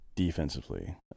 Defensively